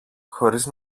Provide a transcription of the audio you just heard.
χωρίς